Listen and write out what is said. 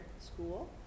school